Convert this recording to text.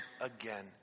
again